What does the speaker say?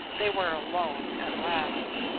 they were alone at last.